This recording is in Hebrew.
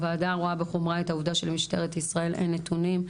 הוועדה רואה בחומרה שלמשטרת ישראל אין נתונים,